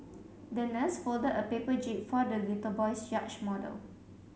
the nurse folded a paper jib for the little boy's yacht model